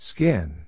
Skin